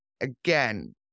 again